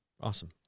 Awesome